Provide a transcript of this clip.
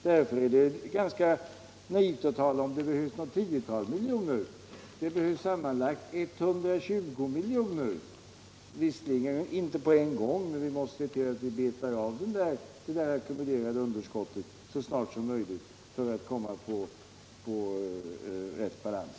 Det är således ganska naivt att tala om att det behövs tiotals miljoner när det sammanlagt behövs 120 miljoner — visserligen inte på en gång, men vi måste se till att vi betar av det ackumulerade underskottet så snart som möjligt för att komma i balans.